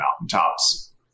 mountaintops